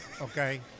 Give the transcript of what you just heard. Okay